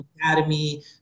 Academy